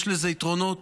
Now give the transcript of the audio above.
יש לזה יתרונות,